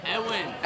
Edwin